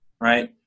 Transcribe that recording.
right